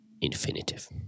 infinitive